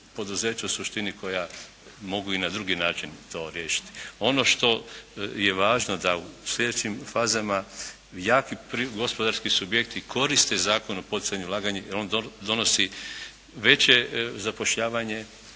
poduzeća u suštini koja mogu i na drugi način to riješiti. Ono što je važno da u sljedećim fazama jaki gospodarski subjekti koriste Zakon o poticanju ulaganja, jer on donosi veće zapošljavanje